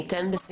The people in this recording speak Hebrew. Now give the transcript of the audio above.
אתן בשמחה.